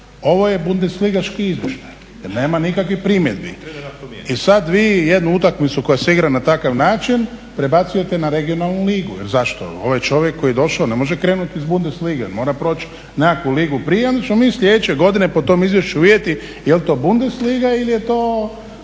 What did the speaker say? ovo je bundesligaški izvještaj jer nema nikakvih primjedbi. I sada vi jednu utakmicu koja se igra na takav način prebacujete na regionalnu ligu. Jer zašto? Ovaj čovjek koji je došao ne može krenuti iz Bundes lige, on mora proći nekakvu ligu prije onda ćemo mi sljedeće godine po tom izvješću vidjeti je li to Bundes liga ili je to